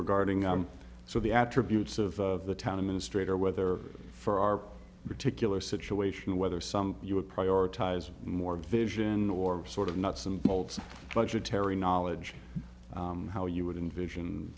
regarding i'm so the attributes of the town i'm in straight or whether for our particular situation whether some you would prioritize more vision or sort of nuts and bolts budgetary knowledge how you would envision